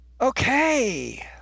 Okay